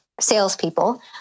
salespeople